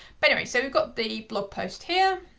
but anyway, so we've got the blog post here